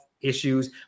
issues